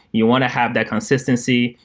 you want to have that consistency.